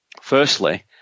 Firstly